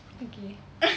okay